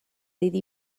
iddi